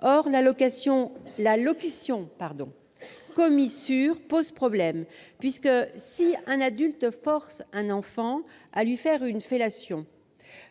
Or les termes « commis sur » posent problème. En effet, si un adulte force un enfant à lui faire une fellation,